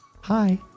hi